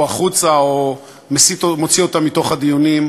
או החוצה או מוציא אותם מתוך הדיונים,